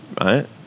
right